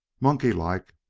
monkey-like,